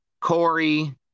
Corey